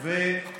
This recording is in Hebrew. אבל בית